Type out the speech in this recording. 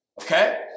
okay